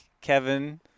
Kevin